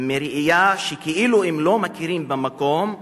מראייה שכאילו אם לא מכירים במקום,